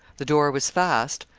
the door was fast,